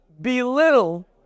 belittle